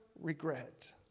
regret